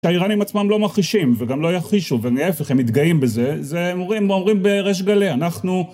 שהאיראנים עצמם לא מכחישים וגם לא יכחישו ולהיפך הם מתגאים בזה, זה הם אומרים, אומרים בריש גלי, אנחנו